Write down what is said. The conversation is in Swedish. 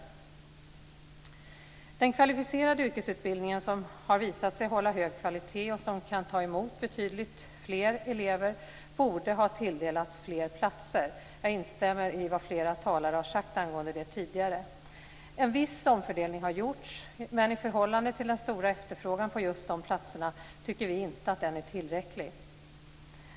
Den kvalificerade yrkesutbildningen som har visat sig hålla hög kvalitet och som kan ta emot betydligt fler elever borde ha tilldelats fler platser. Jag instämmer i vad flera talare har sagt angående detta tidigare. En viss omfördelning har gjorts, men i förhållande till den stora efterfrågan på just dessa platser tycker vi inte att den är tillräcklig.